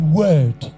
word